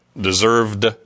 deserved